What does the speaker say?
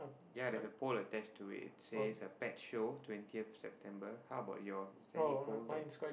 ya there's a poll attached to it says a pet show twentieth September how about yours is there any poll there's